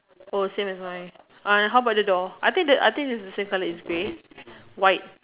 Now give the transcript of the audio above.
oh same as mine uh how about the door I think the I think the is the same colour as grey white